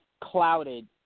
clouded